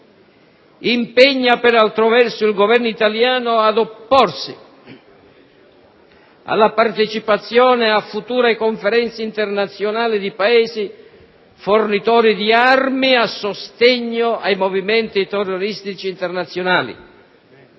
Impegna, per altro verso, il Governo italiano ad opporsi alla partecipazione a future Conferenze internazionali di Paesi fornitori di armi a sostegno ai movimenti terroristici internazionali.